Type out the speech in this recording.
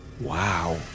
Wow